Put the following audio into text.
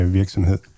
virksomhed